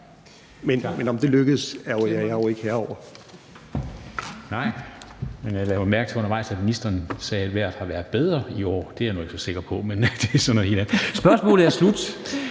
Men om det lykkes, er jeg jo ikke herre over.